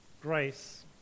Grace